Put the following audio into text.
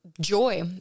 joy